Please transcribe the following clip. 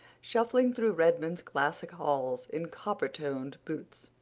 shuffling through redmond's classic halls in coppertoned boots.